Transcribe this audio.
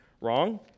wrong